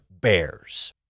Bears